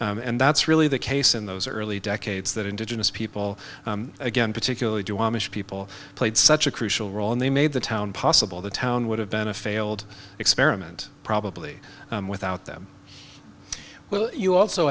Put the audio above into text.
them and that's really the case in those early decades that indigenous people again particularly duwamish people played such a crucial role and they made the town possible the town would have been a failed experiment probably without them well you also